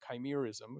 chimerism